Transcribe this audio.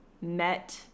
met